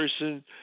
person